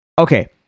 Okay